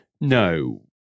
No